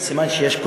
סימן שיש חורף?